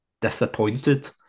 disappointed